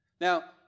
Now